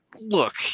Look